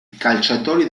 calciatori